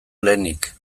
lehenik